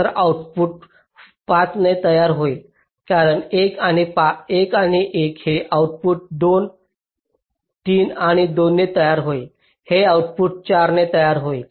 तर आऊटपुट 5 ने तयार होईल कारण 1 आणि 1 हे आऊटपुट 2 3 आणि 2 ने तयार होईल हे आउटपुट 4 ने तयार होईल